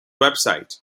website